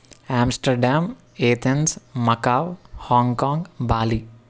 యాంస్టర్ dam Athens Macau Hong Kong Bali